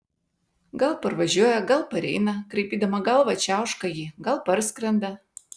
gal parvažiuoja gal pareina kraipydama galvą čiauška ji gal parskrenda